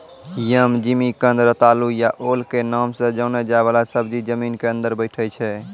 यम, जिमिकंद, रतालू या ओल के नाम सॅ जाने जाय वाला सब्जी जमीन के अंदर बैठै छै